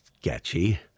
sketchy